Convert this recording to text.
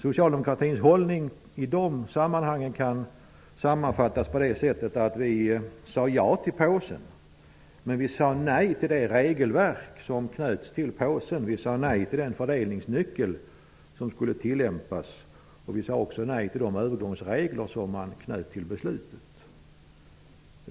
Socialdemokratins hållning i de sammanhangen kan sammanfattas så att vi sade ja till påsen, men vi sade nej till det regelverk som knöts till påsen. Vi sade nej till den fördelningsnyckel som skulle tillämpas. Vi sade också nej till de övergångsregler som knöts till besluten.